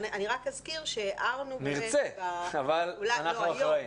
נרצה, אבל אנחנו אחראים.